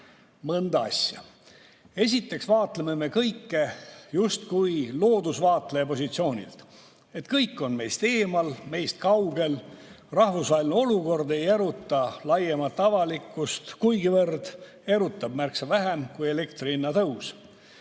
mõnda asja. Esiteks, me vaatleme kõike justkui loodusvaatleja positsioonilt – kõik on meist eemal, meist kaugel. Rahvusvaheline olukord ei eruta laiemat avalikkust kuigivõrd, erutab märksa vähem kui elektri hinna tõus.